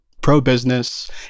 pro-business